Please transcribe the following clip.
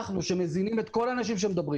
אנחנו אלה שמזינים את כל האנשים שמדברים